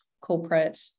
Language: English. corporate